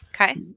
Okay